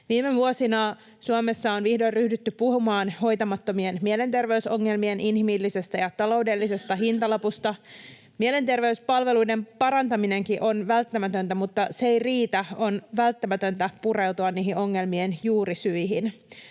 Viime vuosina Suomessa on vihdoin ryhdytty puhumaan hoitamattomien mielenterveysongelmien inhimillisestä ja taloudellisesta hintalapusta. Mielenterveyspalveluiden parantaminenkin on välttämätöntä, mutta se ei riitä — on välttämätöntä pureutua niihin ongelmien juurisyihin.